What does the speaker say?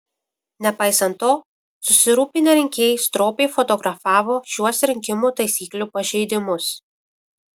nepaisant to susirūpinę rinkėjai stropiai fotografavo šiuos rinkimų taisyklių pažeidimus